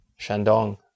Shandong